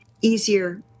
easier